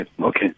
okay